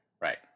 Right